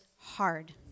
hard